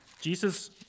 Jesus